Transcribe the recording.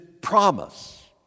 promise